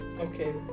Okay